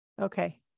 Okay